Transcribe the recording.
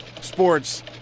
Sports